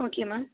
okay ma'am